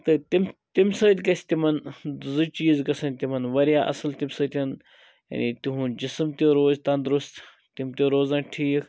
تہٕ تَمہِ تَمہِ سۭتۍ گَژھِ تِمَن زٕ چیٖز گَژھَن تِمَن واریاہ اصٕل تَمہِ سۭتۍ یعنی تِہُنٛد جسم تہِ روزِ تندرست تِم تہِ روزَن ٹھیٖک